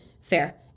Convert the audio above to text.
fair